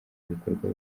ibikorwa